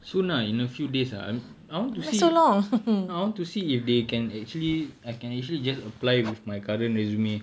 soon lah in a few days lah I want to see no I want to see if they can actually I can actually just apply with my current resume